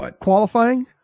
Qualifying